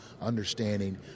understanding